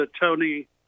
Tony